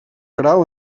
grau